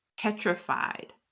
petrified